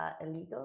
illegal